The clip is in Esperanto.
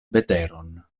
veteron